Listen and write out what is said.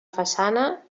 façana